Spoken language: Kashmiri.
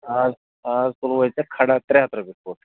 آز آز تُلوے ژےٚ کھڑا ترٛےٚ ہَتھ رۄپیہِ فُٹ